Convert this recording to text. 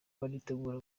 baritegura